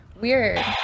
weird